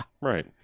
Right